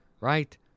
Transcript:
right